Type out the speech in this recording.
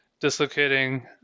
dislocating